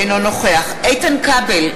אינו נוכח איתן כבל,